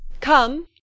Come